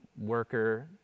worker